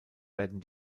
werden